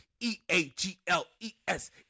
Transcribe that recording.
E-A-G-L-E-S